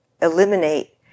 eliminate